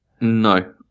No